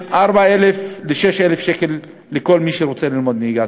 4,000 ל-6,000 שקלים לכל מי שרוצה ללמוד נהיגה.